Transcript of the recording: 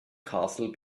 castle